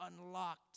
unlocked